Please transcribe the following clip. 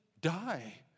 die